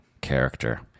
character